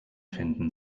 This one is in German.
finden